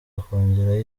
akongeraho